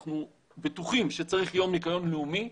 אנחנו בטוחים שצריך יום ניקיון לאומי,